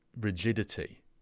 rigidity